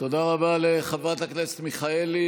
תודה רבה לחברת הכנסת מיכאלי.